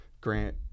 grant